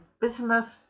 business